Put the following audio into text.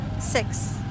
six